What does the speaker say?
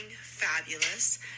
fabulous